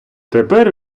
тепер